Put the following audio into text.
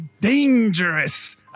Dangerous